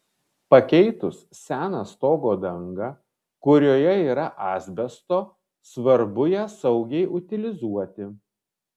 pakeitus seną stogo dangą kurioje yra asbesto svarbu ją saugiai utilizuoti